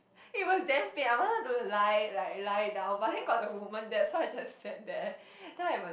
it was damn pain I wanted to lie like lie down but then got the woman there so I just sat there then I was